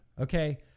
okay